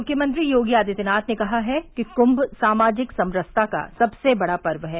मुख्यमंत्री योगी आदित्यनाथ ने कहा है कि कुंम सामाजिक समरसता का सबसे बड़ा पर्व है